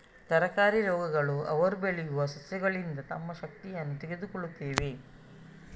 ತರಕಾರಿ ರೋಗಗಳು ಅವರು ಬೆಳೆಯುವ ಸಸ್ಯಗಳಿಂದ ತಮ್ಮ ಶಕ್ತಿಯನ್ನು ತೆಗೆದುಕೊಳ್ಳುತ್ತವೆ